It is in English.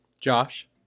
Josh